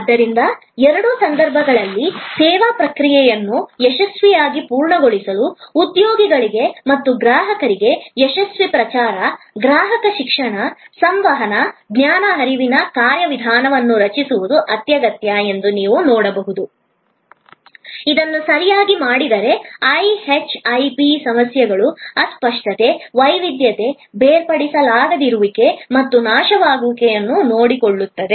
ಆದ್ದರಿಂದ ಎರಡೂ ಸಂದರ್ಭಗಳಲ್ಲಿ ಸೇವಾ ಪ್ರಕ್ರಿಯೆಯನ್ನು ಯಶಸ್ವಿಯಾಗಿ ಪೂರ್ಣಗೊಳಿಸಲು ಉದ್ಯೋಗಿಗಳಿಗೆ ಮತ್ತು ಗ್ರಾಹಕರಿಗೆ ಯಶಸ್ವಿ ಪ್ರಚಾರ ಗ್ರಾಹಕ ಶಿಕ್ಷಣ ಸಂವಹನ ಜ್ಞಾನ ಹರಿವಿನ ಕಾರ್ಯವಿಧಾನವನ್ನು ರಚಿಸುವುದು ಅತ್ಯಗತ್ಯ ಎಂದು ನೀವು ನೋಡಬಹುದು ಇದನ್ನು ಸರಿಯಾಗಿ ಮಾಡಿದರೆ ಐಎಚ್ಐಪಿ ಸಮಸ್ಯೆಗಳು ಅಸ್ಪಷ್ಟತೆ ವೈವಿಧ್ಯತೆ ಬೇರ್ಪಡಿಸಲಾಗದಿರುವಿಕೆ ಮತ್ತು ನಾಶವಾಗುವಿಕೆಯನ್ನು ನೋಡಿಕೊಳ್ಳುತ್ತದೆ